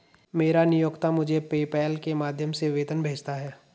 मेरा नियोक्ता मुझे पेपैल के माध्यम से वेतन भेजता है